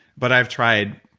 but i've tried